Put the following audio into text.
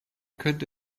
könnte